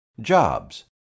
Jobs